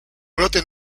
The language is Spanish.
brotes